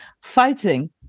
fighting